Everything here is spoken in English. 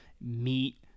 meat